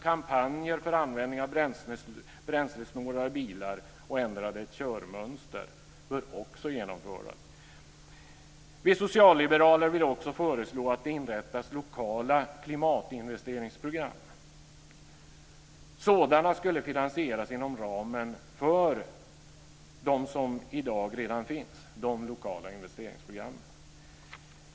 Kampanjer för användande av bränslesnålare bilar och ändrade körmönster bör också genomföras. Vi socialliberaler vill också föreslå att det inrättas lokala klimatinvesteringsprogram. Sådana skulle finansieras inom ramen för de lokala investeringsprogram som i dag redan finns.